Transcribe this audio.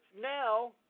now